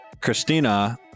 Christina